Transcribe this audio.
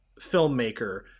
filmmaker